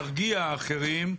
ירגיע אחרים,